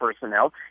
personnel